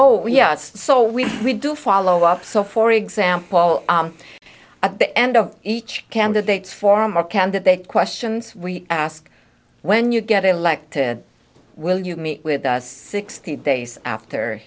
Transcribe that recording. oh yeah so we we do follow up so for example at the end of each candidate's former candidate questions we ask when you get elected will you meet with us sixty days after